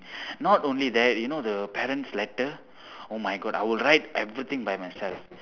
not only that you know the parents letter oh my god I would write everything by myself